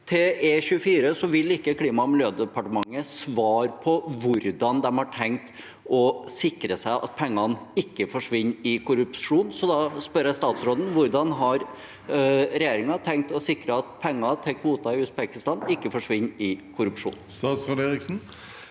Til E24 vil ikke Klima- og miljødepartementet svare på hvordan de har tenkt å sikre seg at pengene ikke forsvinner i korrupsjon. Da spør jeg statsråden: Hvordan har regjeringen tenkt å sikre at penger til kvoter i Usbekistan ikke forsvinner i korrupsjon? Statsråd Andreas